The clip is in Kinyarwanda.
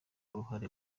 uruhare